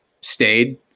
stayed